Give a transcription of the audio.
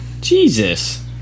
Jesus